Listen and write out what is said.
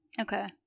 Okay